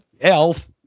Elf